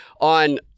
on